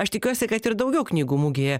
aš tikiuosi kad ir daugiau knygų mugėje